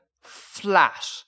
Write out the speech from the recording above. flat